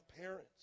parents